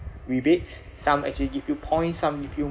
rebates some actually give you points some give you